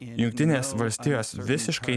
jungtinės valstijos visiškai